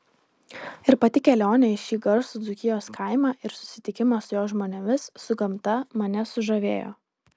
ir pati kelionė į šį garsų dzūkijos kaimą ir susitikimas su jo žmonėmis su gamta mane sužavėjo